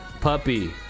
Puppy